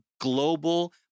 global